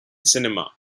cinema